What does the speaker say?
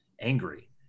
angry